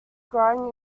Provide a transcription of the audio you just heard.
growing